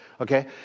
okay